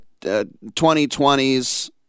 2020s